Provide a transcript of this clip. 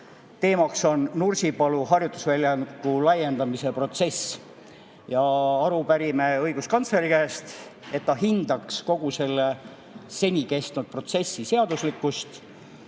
Teemaks on Nursipalu harjutusväljaku laiendamise protsess. Aru pärime õiguskantsleri käest, et ta hindaks kogu selle seni kestnud protsessi seaduslikkust